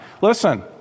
Listen